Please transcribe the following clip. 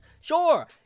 sure